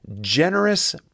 generous